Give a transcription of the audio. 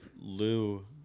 Lou